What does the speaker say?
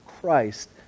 Christ